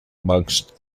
amongst